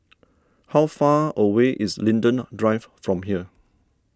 how far away is Linden Drive from here